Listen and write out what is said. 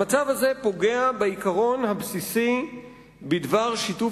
המצב הזה פוגע בעיקרון הבסיסי בדבר שיתוף